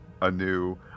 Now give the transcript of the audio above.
anew